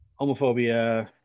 homophobia